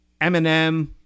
Eminem